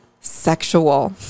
sexual